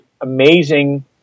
amazing